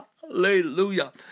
Hallelujah